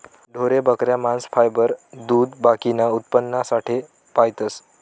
ढोरे, बकऱ्या, मांस, फायबर, दूध बाकीना उत्पन्नासाठे पायतस